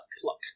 Pluck